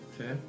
Okay